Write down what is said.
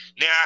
Now